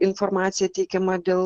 informacija teikiama dėl